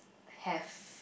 have